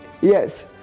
Yes